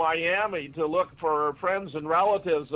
miami to look for friends and relatives